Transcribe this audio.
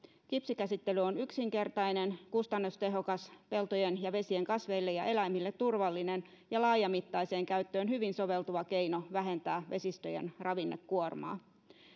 kipsikäsittely on yksinkertainen kustannustehokas peltojen ja vesien kasveille ja eläimille turvallinen ja laajamittaiseen käyttöön hyvin soveltuva keino vähentää vesistöjen ravinnekuormaa